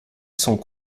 sont